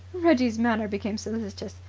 reggie's manner became solicitous.